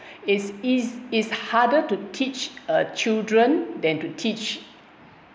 it's it's it's harder to teach uh children than to teach